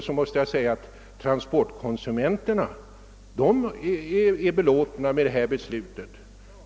har det visat sig att trafikkonsumenterna är belåtna med detta beslut.